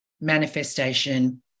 manifestation